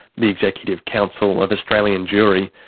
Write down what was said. the executive council of australian jewry,